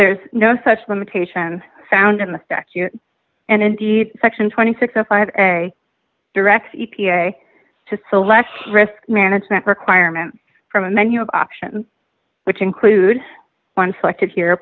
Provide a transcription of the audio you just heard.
there's no such limitation found in the stack you and indeed section twenty six if i had a direct e p a to so less risk management requirement from a menu of options which include one selected here